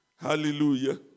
Hallelujah